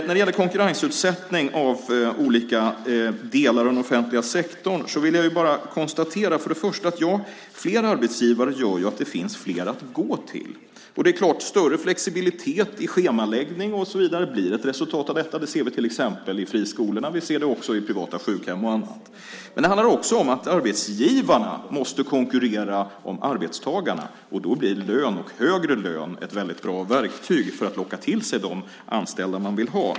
När det gäller konkurrensutsättning av olika delar av den offentliga sektorn vill jag bara konstatera att fler arbetsgivare gör att det finns fler att gå till. Större flexibilitet i schemaläggning och så vidare blir ett resultat av detta. Det ser vi till exempel i friskolorna, i privata sjukhem och annat. Det handlar också om att arbetsgivarna måste konkurrera om arbetstagarna, och då blir lön och högre lön ett väldigt bra verktyg för att locka till sig de anställda man vill ha.